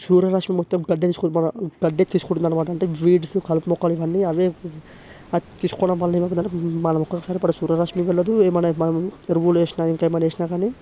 సూర్యరశ్మీ మొత్తం గడ్డే తీసుకుని బాగా గడ్డే తీసుకుంటుందన్నమాట అంటే వీడ్స్ కలుపు మొక్కలు ఇవన్నీ అవే తీసుకోవడంవల్ల ఏమైపోతుందంటే మన మొక్కలకి సరిపడా సూర్యరశ్మీ ఉండదు ఏమైనా మనము ఎరువులు వేసినా ఇంకేమైనా వేసినా కాని